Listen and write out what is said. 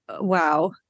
wow